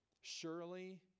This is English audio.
Surely